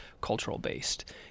cultural-based